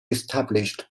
established